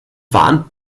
warnt